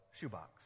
shoebox